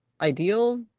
ideal